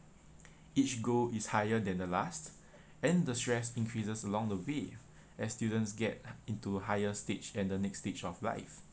each goal is higher than the last and the stress increases along the way as students get into higher stage and the next stage of life